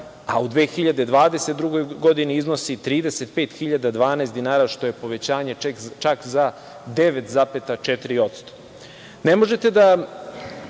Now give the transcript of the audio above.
a u 2022. godini iznosi 35.012 dinara, što je povećanje čak za 9,4%.Ne možete da